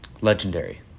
Legendary